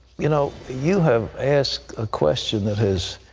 you know you have asked a question that has